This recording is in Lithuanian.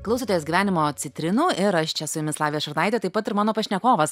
klausotės gyvenimo citrinų ir aš čia su jumis lavija šurnaitė taip pat ir mano pašnekovas